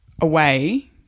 away